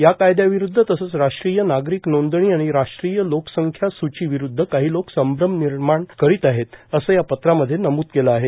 या कायद्याविरुद्ध तसंच राष्ट्रीय नागरिक नोंदणी आणि राष्ट्रीय लोकसंख्या सूची विरुद्ध काही लोक संभ्रम निर्माण करत आहेत असे या पत्रामध्ये नमूद केले आहे